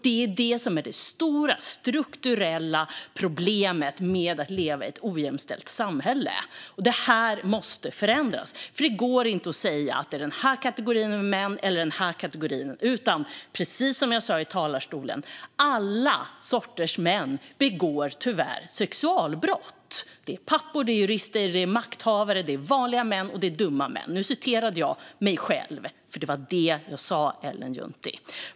Det är det som är det stora strukturella problemet med att leva i ett ojämställt samhälle. Det måste förändras. Det går inte att säga att det är den här kategorin män eller den här kategorin män. Det är precis som jag sa i talarstolen. Det är alla sorters män som tyvärr begår sexualbrott. Det är pappor, jurister, makthavare, vanliga män och dumma män. Nu citerade jag mig själv, för det var det jag sa, Ellen Juntti.